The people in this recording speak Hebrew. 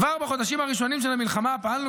כבר בחודשים הראשונים של המלחמה פעלנו